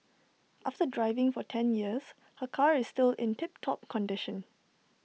after driving for ten years her car is still in tip top condition